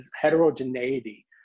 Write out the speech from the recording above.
heterogeneity